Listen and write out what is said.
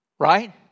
Right